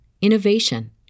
innovation